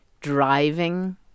driving